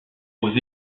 aux